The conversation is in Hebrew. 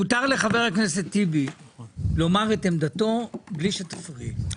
מותר לחבר הכנסת טיבי לומר את עמדתו בלי שתפריעי לי.